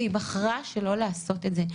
והיא בחרה שלא לעשות את זה.